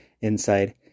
inside